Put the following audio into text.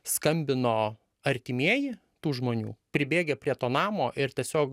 skambino artimieji tų žmonių pribėgę prie to namo ir tiesiog